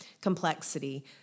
complexity